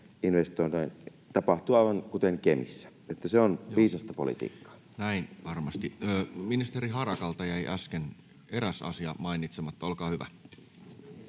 investoinnin — tapahtuu aivan kuten Kemissä. Se on viisasta politiikkaa. Näin varmasti. — Ministeri Harakalta jäi äsken eräs asia mainitsematta, olkaa hyvä.